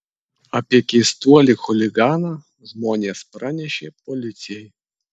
apie keistuolį chuliganą žmonės pranešė policijai